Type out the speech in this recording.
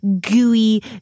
gooey